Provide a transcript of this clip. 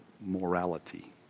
morality